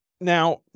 Now